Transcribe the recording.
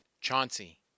Chauncey